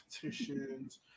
Competitions